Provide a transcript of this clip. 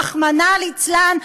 רחמנא ליצלן,